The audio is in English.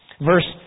verse